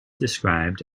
described